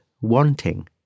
wanting